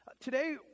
Today